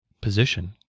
position